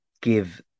give